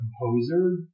composer